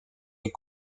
les